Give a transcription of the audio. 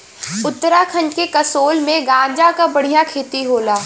उत्तराखंड के कसोल में गांजा क बढ़िया खेती होला